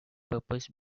purpose